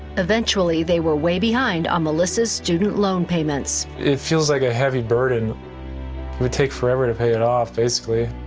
eventually they were way behind on melissa's student loan payments. it feels like a heavy burden. it will take forever to pay it off, basically.